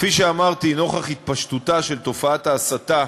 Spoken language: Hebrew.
כפי שאמרתי, נוכח התפשטותה של תופעת ההסתה